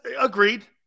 agreed